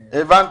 הבנתי.